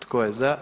Tko je za?